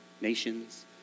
nations